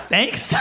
Thanks